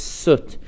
soot